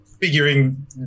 figuring